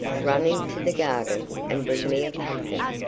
run into the garden, and bring me a pumpkin.